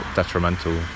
detrimental